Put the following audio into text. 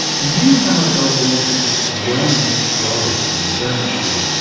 you, however, want to get beyond theodicy, don't you,